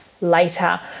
later